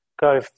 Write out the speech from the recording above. go